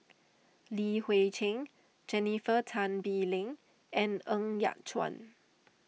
Li Hui Cheng Jennifer Tan Bee Leng and Ng Yat Chuan